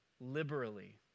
liberally